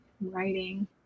writing